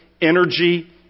energy